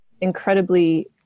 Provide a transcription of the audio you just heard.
incredibly